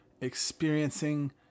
experiencing